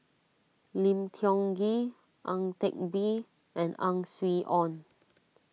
Lim Tiong Ghee Ang Teck Bee and Ang Swee Aun